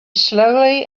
slowly